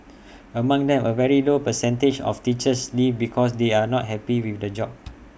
among them A very low percentage of teachers leave because they are not happy with the job